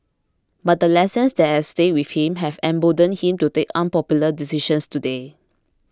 but the lessons that have stayed with him have emboldened him to take unpopular decisions today